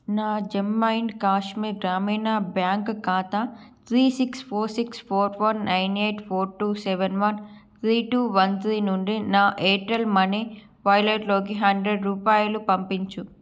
నా Jammu and Kashmir Gramin bank ఖాతా three six four six four four nine eight four two seven one three two one three నుండి నా Airtel money వాలెట్లోకి hundred రూపాయలు పంపించు